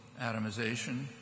atomization